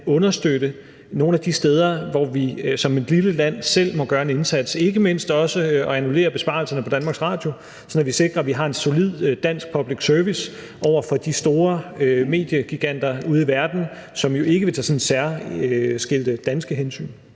understøtte nogle af de steder, hvor vi som et lille land selv må gøre en indsats, og ikke mindst også annullere besparelserne på Danmarks Radio, sådan at vi sikrer, at vi har en solid dansk public service, som kan stå over for de store mediegiganter ude i verden, som jo ikke vil tage sådan særskilte danske hensyn.